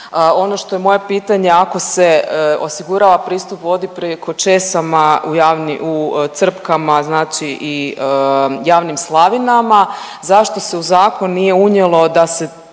Ono što je moje pitanje ako se osigurava pristup vodi preko česama u crpkama, znači i javnim slavinama zašto se u zakon nije unijelo da se